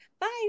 Bye